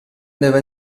devo